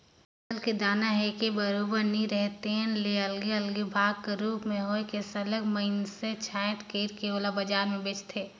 फसल के दाना ह एके बरोबर नइ राहय तेन ले अलगे अलगे भाग कर रूप में होए के सरलग मइनसे छंटई कइर के ओला बजार में बेंचथें